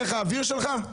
דרך האוויר שלך?